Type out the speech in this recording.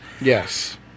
Yes